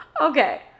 Okay